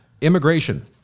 Immigration